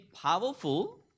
powerful